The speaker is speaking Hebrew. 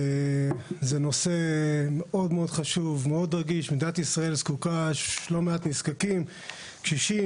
במדינת ישראל יש לא מעט קשישים,